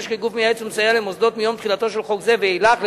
כגוף המייעץ ומסייע למוסדות מיום תחילתו של חוק זה ואילך,